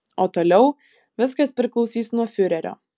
o toliau viskas priklausys nuo fiurerio